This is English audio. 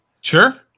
Sure